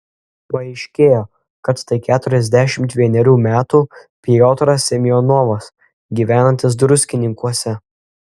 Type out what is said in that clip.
paaiškėjo kad tai keturiasdešimt vienerių metų piotras semionovas gyvenantis druskininkuose